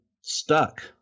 stuck